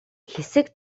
хэсэг